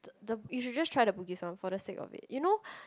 the you should just try the bugis one for the sake of it you know